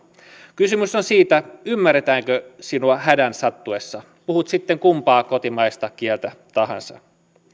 kysymys on siitä ymmärretäänkö sinua hädän sattuessa puhut sitten kumpaa kotimaista kieltä tahansa